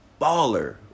baller